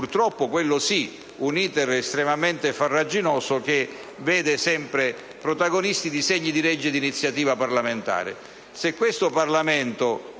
che è - questo sì - un *iter* estremamente farraginoso che vede sempre protagonisti i disegni di legge di iniziativa parlamentare.